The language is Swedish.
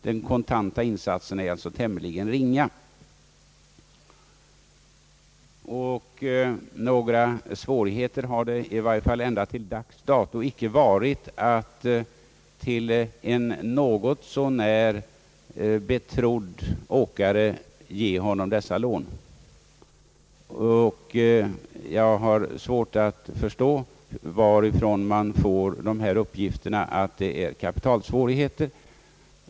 Den kontanta insatsen är alltså tämligen ringa. Några svårigheter har det i varje fall ända till dags dato icke varit att till en något så när betrodd åkare ge dessa den uppgiften har kommit, att det föreligger kapitalsvårigheter.